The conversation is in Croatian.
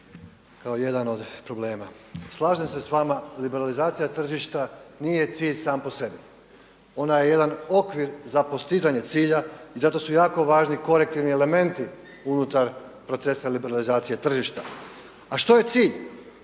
kao jedan od problema. Slažem se sa vama liberalizacija tržišta nije cilj sam po sebi. Ona je jedan okvir za postizanje cilja i zato su jako važni korektivni elementi unutar procesa liberalizacije tržišta. A što je cilj?